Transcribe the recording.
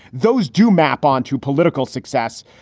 those do map on to political success,